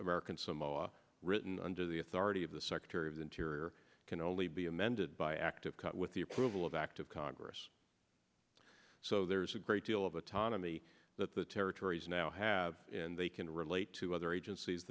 american samoa written under the authority of the secretary of interior can only be amended by act of cut with the approval of act of congress so there's a great deal of autonomy that the territories now have and they can relate to other agencies